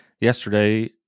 yesterday